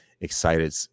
excited